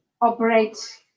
operate